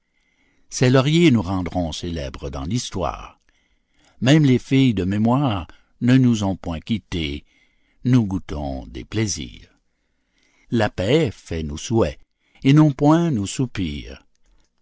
ses lauriers nous rendront célèbres dans l'histoire même les filles de mémoire ne nous ont point quittés nous goûtons des plaisirs la paix fait nos souhaits et non point nos soupirs